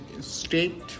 state